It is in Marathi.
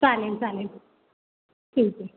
चालेल चालेल ठीक आहे